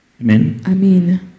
Amen